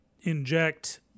inject